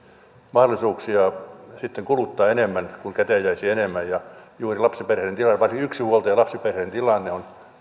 mahdollisuuksia kuluttaa enemmän kun käteen jäisi enemmän juuri lapsiperheiden tilanne varsinkin yksinhuoltajalapsiperheiden tilanne on